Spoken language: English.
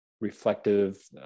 reflective